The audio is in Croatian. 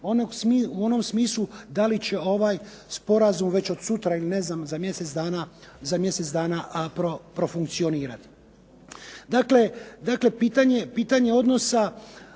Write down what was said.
u onom smislu da li će ovaj sporazum već od sutra ili za mjesec dana profunkcionirati. Dakle, pitanje odnosa